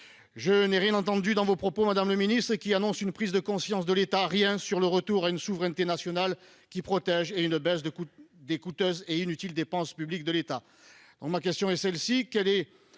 Je n'ai rien entendu dans vos propos, madame la ministre, qui annoncerait une prise de conscience de l'État : rien sur le retour à une souveraineté nationale qui protège, rien sur une baisse des coûteuses et inutiles dépenses publiques de l'État.